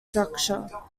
structure